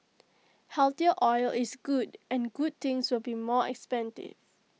healthier oil is good and good things will be more expensive